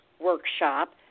workshop